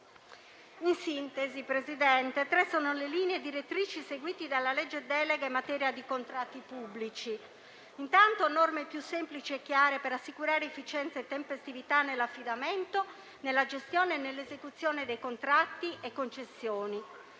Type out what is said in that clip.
Presidente, tre sono le linee direttrici seguite dalla legge delega in materia di contratti pubblici: intanto, norme più semplici e chiare per assicurare efficienza e tempestività nell'affidamento, nella gestione e nell'esecuzione di contratti e concessioni;